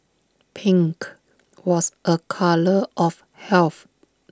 pink was A colour of health